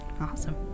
Awesome